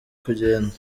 kugenda